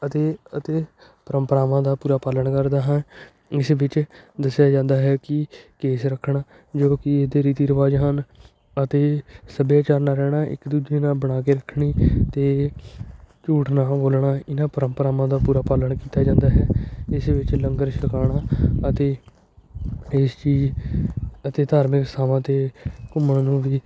ਅਤੇ ਅਤੇ ਪਰੰਪਰਾਵਾਂ ਦਾ ਪੂਰਾ ਪਾਲਣ ਕਰਦਾ ਹਾਂ ਇਸ ਵਿੱਚ ਦੱਸਿਆ ਜਾਂਦਾ ਹੈ ਕਿ ਕੇਸ ਰੱਖਣਾ ਜੋ ਕਿ ਇਹਦੇ ਰੀਤੀ ਰਿਵਾਜ਼ ਹਨ ਅਤੇ ਸੱਭਿਆਚਾਰ ਨਾਲ ਰਹਿਣਾ ਇੱਕ ਦੂਜੇ ਨਾਲ ਬਣਾ ਕੇ ਰੱਖਣੀ ਅਤੇ ਝੂਠ ਨਾ ਬੋਲਣਾ ਇਹਨਾਂ ਪਰੰਪਰਾਵਾਂ ਦਾ ਪੂਰਾ ਪਾਲਣ ਕੀਤਾ ਜਾਂਦਾ ਹੈ ਇਸ ਵਿੱਚ ਲੰਗਰ ਛਕਾਉਣਾ ਅਤੇ ਇਸ ਚੀਜ਼ ਅਤੇ ਧਾਰਮਿਕ ਥਾਵਾਂ 'ਤੇ ਘੁੰਮਣ ਨੂੰ ਵੀ